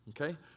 Okay